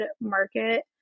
market